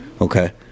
okay